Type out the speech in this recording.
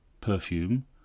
perfume